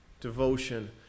devotion